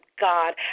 God